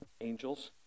Angels